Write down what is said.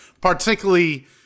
particularly